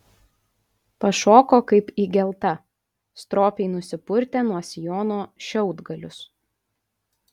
pašoko kaip įgelta stropiai nusipurtė nuo sijono šiaudgalius